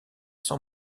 sans